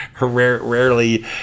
rarely